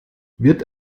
wird